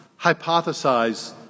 hypothesize